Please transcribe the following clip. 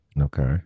Okay